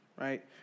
right